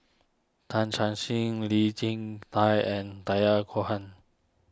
Tam Chan Sing Lee Jin Tat and Taya Cohen